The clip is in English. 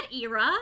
era